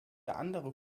andere